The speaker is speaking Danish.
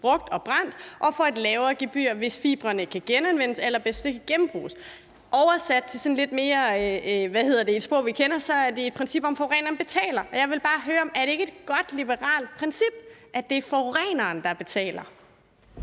brugt, og gebyret bliver lavere, hvis fibrene kan genanvendes eller i bedste fald kan genbruges. Oversat til et sprog, vi kender, er det et princip om, at forureneren betaler. Jeg vil bare høre: Er det ikke et godt liberalt princip, at det er forureneren, der betaler?